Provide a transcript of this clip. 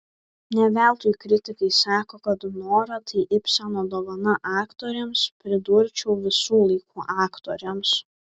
ne veltui kritikai sako kad nora tai ibseno dovana aktorėms pridurčiau visų laikų aktorėms